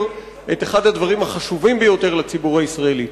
את אחד הדברים החשובים ביותר לציבור הישראלי.